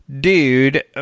dude